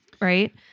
Right